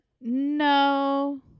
no